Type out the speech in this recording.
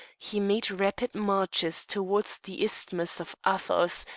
he made rapid marches towards the isthmus of athos,